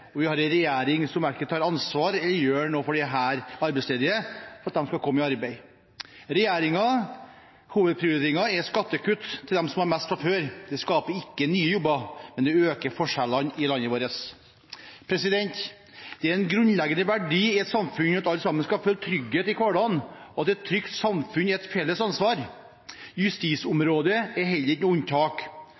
og vi har en regjering som verken tar ansvar eller gjør noe for at de arbeidsledige skal komme i arbeid. Regjeringens hovedprioritering er skattekutt til dem som har mest fra før. Det skaper ikke nye jobber, men det øker forskjellene i landet vårt. Det er en grunnleggende verdi i et samfunn at alle kan føle trygghet i hverdagen, og at et trygt samfunn er et felles ansvar. Justisområdet er heller ikke noe unntak.